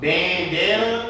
Bandana